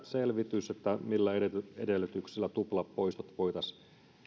selvitys siitä millä edellytyksillä tuplapoistot voitaisiin